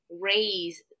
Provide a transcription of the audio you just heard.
raise